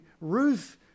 Ruth